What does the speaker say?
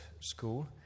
school